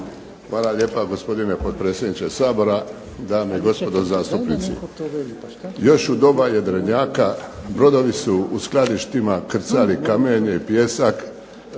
Hvala lijepa gospodine potpredsjedniče Sabora, dame i gospodo zastupnici. Još u doba jedrenjaka brodovi su u skladištima krcali kamenje i pijesak